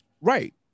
right